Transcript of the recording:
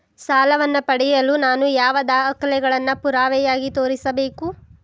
ಸಾಲವನ್ನು ಪಡೆಯಲು ನಾನು ಯಾವ ದಾಖಲೆಗಳನ್ನು ಪುರಾವೆಯಾಗಿ ತೋರಿಸಬೇಕು?